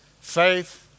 faith